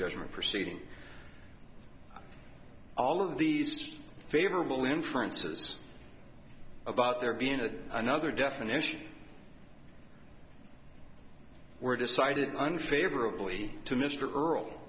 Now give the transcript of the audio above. judgment proceeding all of these favorable inferences about there being a another definition were decided unfavorably to mr